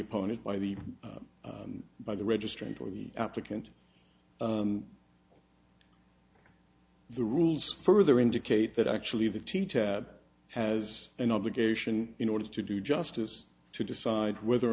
opponent by the by the registrant or the applicant the rules further indicate that actually the teacher has an obligation in order to do justice to decide whether or